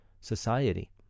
society